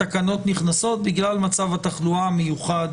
התקנות נכנסות, בגלל מצב התחלואה המיוחד